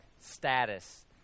status